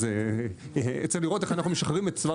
אז נצטרך לראות איך אנחנו משחררים את צוואר